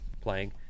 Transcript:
playing